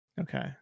Okay